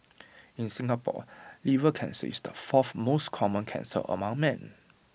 in Singapore liver cancer is the fourth most common cancer among men